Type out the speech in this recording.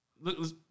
Look